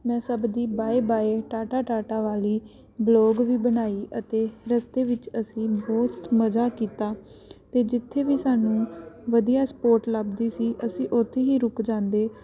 ਮੈਂ ਸਭ ਦੀ ਬਾਏ ਬਾਏ ਟਾਟਾ ਟਾਟਾ ਵਾਲੀ ਬਲੋਗ ਵੀ ਬਣਾਈ ਅਤੇ ਰਸਤੇ ਵਿੱਚ ਅਸੀਂ ਬਹੁਤ ਮਜ਼ਾ ਕੀਤਾ ਅਤੇ ਜਿੱਥੇ ਵੀ ਸਾਨੂੰ ਵਧੀਆ ਸਪੋਟ ਲੱਭਦੀ ਸੀ ਅਸੀਂ ਉੱਥੇ ਹੀ ਰੁਕ ਜਾਂਦੇ